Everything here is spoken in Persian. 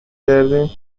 کردی